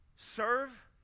Serve